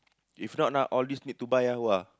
if not ah all these need to buy ah [wah]